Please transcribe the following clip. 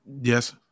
Yes